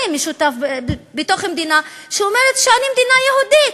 משותף בתוך מדינה שאומרת: אני מדינה יהודית,